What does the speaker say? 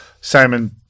Simon